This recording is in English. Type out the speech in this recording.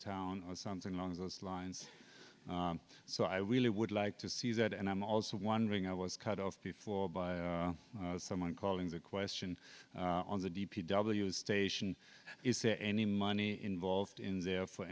town or something along those lines so i really would like to see that and i'm also wondering i was cut off before by someone calling the question on the d p w station is there any money involved in there for